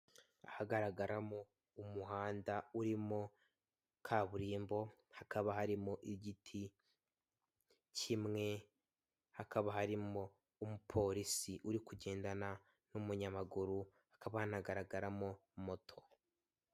Ahagaragaramo umuhanda urimo kaburimbo, hakaba harimo igiti kimwe, hakaba harimo umupolisi uri kugendana n'umunyamaguru, hakaba hanagaragaramo moto.